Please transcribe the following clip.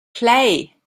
play